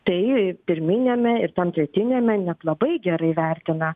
tai pirminiame ir tam tretiniame net labai gerai vertina